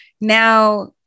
now